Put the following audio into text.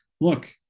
look